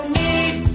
need